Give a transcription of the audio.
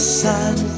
sun